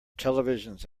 televisions